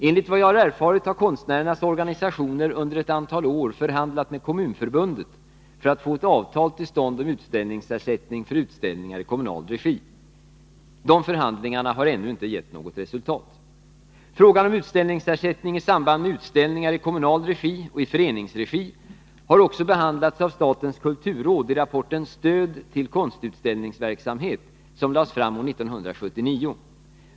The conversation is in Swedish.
Enligt vad jag har erfarit har konstnärernas organisationer under ett antal år förhandlat med Kommunförbundet för att få ett avtal till stånd om utställningsersättning för utställningar i kommunal regi. Dessa förhandlingar har ännu inte gett något resultat. Frågan om utställningsersättning i samband med utställningar i kommunal regi och föreningsregi har även behandlats av statens kulturråd i rapporten Stöd till konstutställningsverksamhet, som lades fram år 1979.